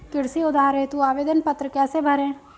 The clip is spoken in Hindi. कृषि उधार हेतु आवेदन पत्र कैसे भरें?